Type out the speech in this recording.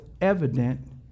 evident